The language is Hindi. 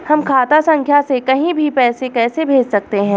हम खाता संख्या से कहीं भी पैसे कैसे भेज सकते हैं?